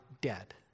dead